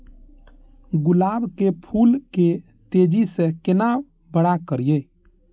गुलाब के फूल के तेजी से केना बड़ा करिए?